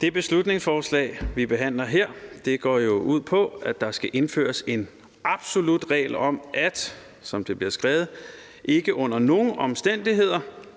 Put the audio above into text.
Det beslutningsforslag, vi behandler her, går jo ud på, at der skal indføres en absolut regel om, at der – som det står skrevet i bemærkningerne – ikke under nogen omstændigheder